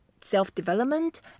self-development